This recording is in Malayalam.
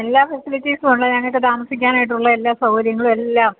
എല്ലാ ഫെസിലിറ്റിസും ഉള്ള ഞങ്ങൾക്ക് താമസിക്കാനായിട്ടുള്ള എല്ലാ സൗകര്യങ്ങളും എല്ലാം